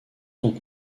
sont